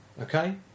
Okay